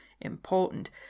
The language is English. important